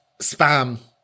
Spam